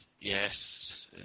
yes